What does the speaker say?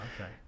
okay